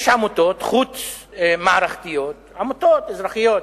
יש עמותות חוץ-מערכתיות, עמותות אזרחיות,